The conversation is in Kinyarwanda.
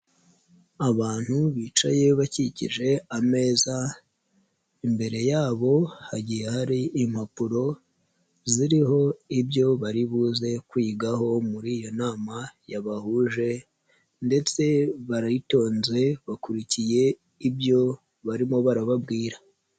Abantu bicaye bakikije ameza, imbere yabo hagiye hari impapuro ziriho ibyo bari buze kwigaho muri iyo nama yabahuje ndetse baritonze, bakurikiye ibyo barimo barababwira.